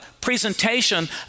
presentation